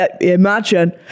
Imagine